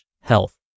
health